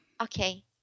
Okay